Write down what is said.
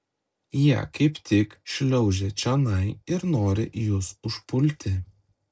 jie kaip tik šliaužia čionai ir nori jus užpulti